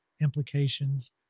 implications